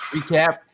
Recap